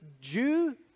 Jew